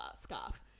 scarf